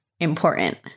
important